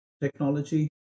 technology